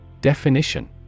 Definition